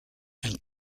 and